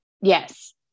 Yes